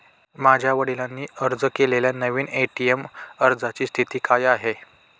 माझ्या वडिलांनी अर्ज केलेल्या नवीन ए.टी.एम अर्जाची स्थिती काय आहे?